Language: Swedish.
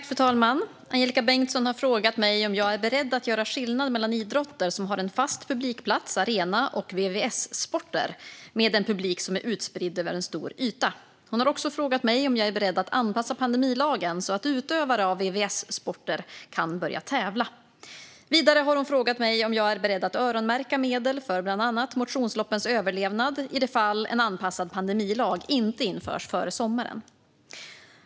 Fru talman! Angelika Bengtsson har frågat mig om jag är beredd att göra skillnad mellan idrotter som har en fast publikplats och VVSsporter med en publik som är utspridd över en stor yta. Hon har också frågat mig om jag är beredd att anpassa pandemilagen så att utövare av VVS-sporter kan börja tävla. Vidare har hon frågat mig om jag är beredd att öronmärka medel för bland annat motionsloppens överlevnad, i det fall en anpassad pandemilag inte införs före sommaren.